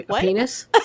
penis